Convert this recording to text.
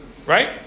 Right